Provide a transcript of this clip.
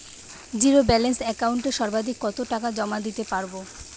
Zero balance একাউন্টে সর্বাধিক কত টাকা জমা দিতে পারব?